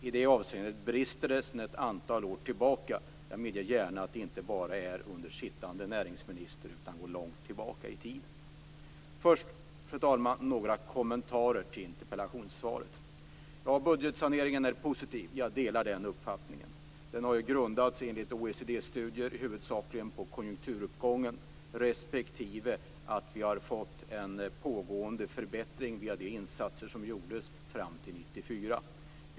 I det avseendet brister det sedan några år tillbaka - och jag medger gärna att det inte bara är under sittande näringsminister, utan detta går långt tillbaka i tiden. Fru talman! Först några kommentarer till interpellationssvaret. Budgetsaneringen har varit positiv, jag delar den uppfattningen. Den har enligt OECD-studier huvudsakligen grundats på konjunkturuppgången respektive att det har blivit en förbättring via de insatser som gjordes fram till 1994.